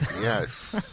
Yes